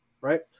right